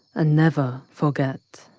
ah never forget